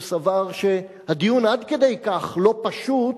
הוא סבר שהדיון עד כדי כך לא פשוט,